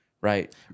right